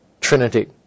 Trinity